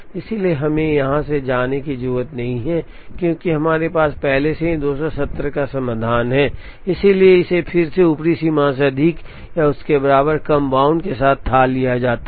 इसलिए हमें यहां से जाने की जरूरत नहीं है क्योंकि हमारे पास पहले से ही 270 का समाधान है इसलिए इसे फिर से ऊपरी सीमा से अधिक या उसके बराबर कम बाउंड के साथ थाह लिया जाता है